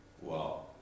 wow